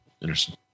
Interesting